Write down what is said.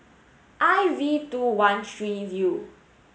I V two one three U